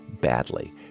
badly